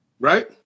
right